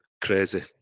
crazy